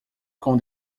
com